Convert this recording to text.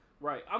Right